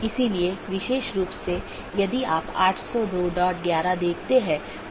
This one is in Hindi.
इन प्रोटोकॉल के उदाहरण OSPF हैं और RIP जिनमे मुख्य रूप से इस्तेमाल किया जाने वाला प्रोटोकॉल OSPF है